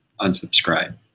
unsubscribe